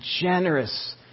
generous